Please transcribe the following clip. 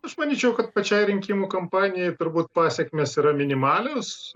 aš manyčiau kad pačiai rinkimų kampanijai turbūt pasekmės yra minimalios